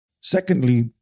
Secondly